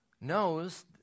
knows